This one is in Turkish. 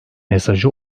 mesajı